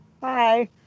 Hi